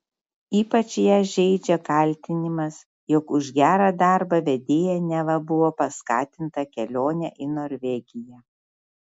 ypač ją žeidžia kaltinimas jog už gerą darbą vedėja neva buvo paskatinta kelione į norvegiją